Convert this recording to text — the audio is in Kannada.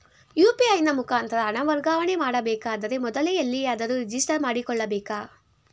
ಯು.ಪಿ.ಐ ನ ಮುಖಾಂತರ ಹಣ ವರ್ಗಾವಣೆ ಮಾಡಬೇಕಾದರೆ ಮೊದಲೇ ಎಲ್ಲಿಯಾದರೂ ರಿಜಿಸ್ಟರ್ ಮಾಡಿಕೊಳ್ಳಬೇಕಾ?